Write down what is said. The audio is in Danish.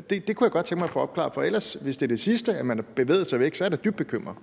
Det kunne jeg godt tænke mig at få opklaret, for hvis det er det sidste, nemlig at man har bevæget sig væk fra det synspunkt,